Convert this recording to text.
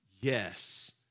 yes